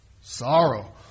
Sorrow